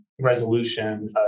resolution